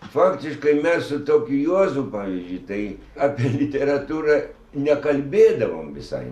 faktiškai mes su tokiu juozu pavyzdžiui tai apie literatūrą nekalbėdavom visai